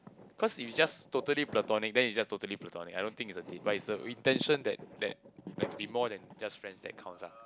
cause if it's just totally platonic then it's just totally platonic I don't think it's a date but it's the intention that that must be more than just friends that counts ah